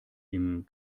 ihm